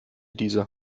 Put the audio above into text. dieser